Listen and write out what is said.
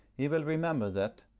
he will remember that,